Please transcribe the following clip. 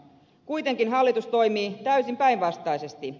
kuitenkin hallitus toimii täysin päinvastaisesti